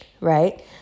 right